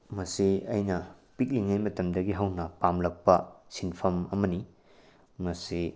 ꯃꯁꯤ ꯑꯩꯅ ꯄꯤꯛꯂꯤꯉꯩ ꯃꯇꯝꯗꯒꯤ ꯍꯧꯅ ꯄꯥꯝꯂꯛꯄ ꯁꯤꯟꯐꯝ ꯑꯃꯅꯤ ꯉꯁꯤ